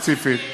ספציפית.